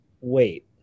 wait